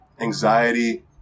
anxiety